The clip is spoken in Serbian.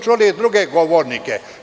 Čuli samo i druge govornike.